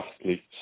athletes